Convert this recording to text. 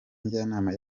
njyanama